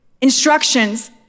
instructions